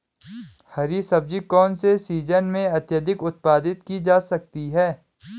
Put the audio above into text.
हरी सब्जी कौन से सीजन में अत्यधिक उत्पादित की जा सकती है?